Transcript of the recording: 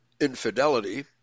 infidelity